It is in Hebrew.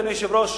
אדוני היושב-ראש,